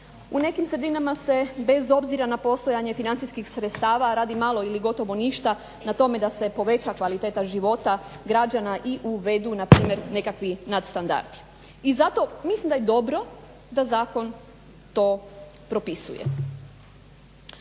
u nekim sredinama se bez obzira na postojanje financijskih sredstava radi malo ili gotovo ništa na tome da poveća kvaliteta života građana i uvedu npr. nekakvi nadstandardi i zapravo mislim da je dobro da zakon to propisuje.